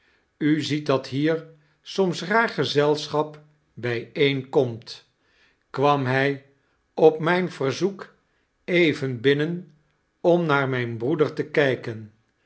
u ziet dat hier sorns raar gezelschap bijeenkomt kwam hij op mijn verzoek even binnen om naar mijn broeder te kijkem